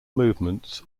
movements